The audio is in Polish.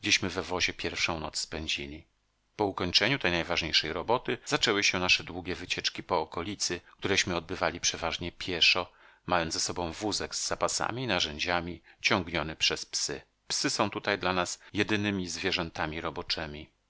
pierwszą noc spędzili po ukończeniu tej najważniejszej roboty zaczęły się nasze długie wycieczki po okolicy któreśmy odbywali przeważnie pieszo mając ze sobą wózek z zapasami i narzędziami ciągniony przez psy psy są tutaj dla nas jedynymi zwierzętami roboczemi ze